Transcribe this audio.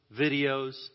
videos